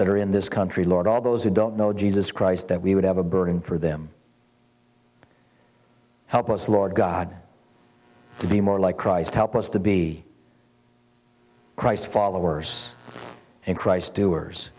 that are in this country lot all those who don't know jesus christ that we would have a burden for them help us lord god to be more like christ help us to be christ's followers in christ doers